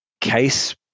case